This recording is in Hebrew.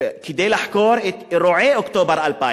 כדי לחקור את אירועי אוקטובר 2000,